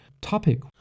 topic